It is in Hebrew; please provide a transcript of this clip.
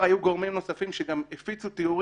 לא משנה כמה יסתירו ממנו הוא יישאר סקרן.